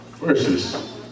versus